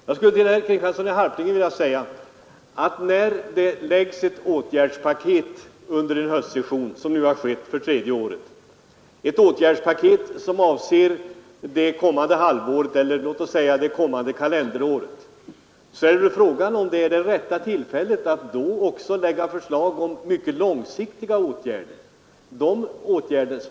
Till herr Kristiansson i Harplinge skulle jag vilja säga att när det framläggs ett åtgärdspaket under en höstsession, såsom nu har skett för tredje året — ett åtgärdspaket som avser det kommande halvåret eller låt oss säga det kommande kalenderåret — är det väl fråga om huruvida det då också är rätta tillfället att framlägga förslag om mycket långsiktiga åtgärder.